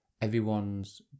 everyone's